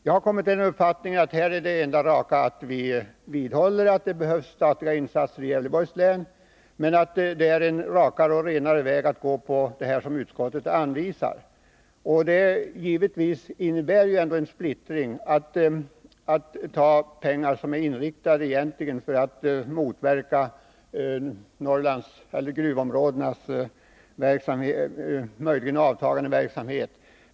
Jag har kommit fram till att det enda riktiga är att vidhålla att det behövs statliga insatser i Gävleborgs län, men att det ändå är en rakare och renare väg att ansluta sig till vad utskottet föreslår. Givetvis innebär det en splittring att ta av pengar som egentligen avsatts för att motverka en eventuellt minskande verksamhet i gruvområdena.